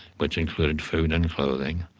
which include food and clothing,